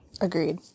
agreed